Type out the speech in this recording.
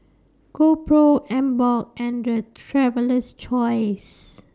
GoPro Emborg and Traveler's Choice